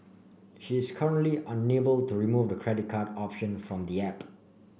she is currently unable to remove the credit card option from the app